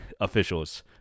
officials